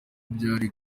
byari